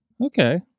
okay